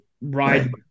ride